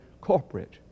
corporate